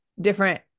different